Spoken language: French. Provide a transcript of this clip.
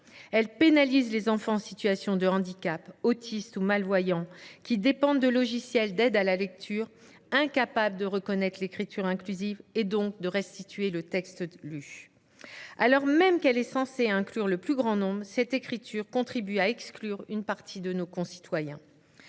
Elle pénalise les enfants en situation de handicap, autistes ou malvoyants, qui dépendent de logiciels d’aide à la lecture incapables de reconnaître l’écriture inclusive, donc de restituer le texte lu. Alors même qu’elle est censée inclure le plus grand nombre, cette écriture contribue à exclure une partie de nos concitoyens.